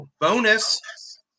bonus